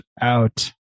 out